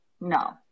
No